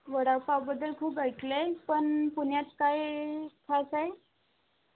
वडापावबद्दल खूप ऐकलं आहे पण पुण्यात काय खायचं आहे